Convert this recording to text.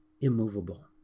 immovable